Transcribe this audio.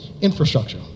infrastructure